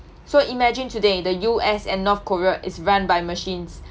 so imagine today the U_S and north korea is run by machines